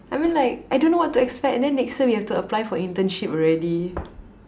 I mean like I don't know what to expect and then next year we have to apply for internship already